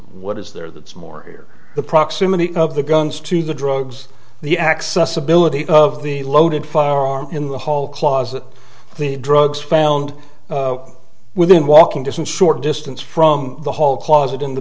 what is there that's more here the proximity of the guns to the drugs the accessibility of the loaded firearm in the hall closet the drugs found within walking distance short distance from the hall closet in the